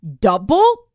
double